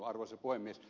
arvoisa puhemies